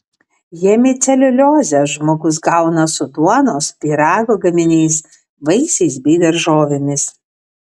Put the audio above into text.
hemiceliuliozę žmogus gauna su duonos pyrago gaminiais vaisiais bei daržovėmis